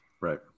Right